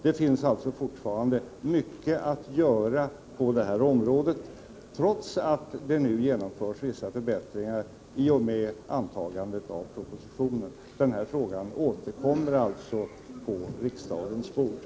Det finns alltså fortfarande mycket att göra på det här området, trots att det nu genomförts vissa förbättringar i och med antagandet av propositionen. Frågan återkommer alltså på riksdagens bord.